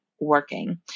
working